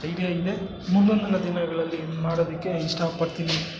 idea ಇದೆ ಮುಂದೊಂದಿನ ದಿನಗಳಲ್ಲಿ ಮಾಡೋದಕ್ಕೆ ಇಷ್ಟಪಡ್ತೀನಿ